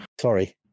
Sorry